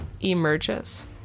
emerges